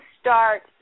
start